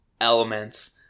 elements